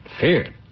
Fear